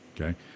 okay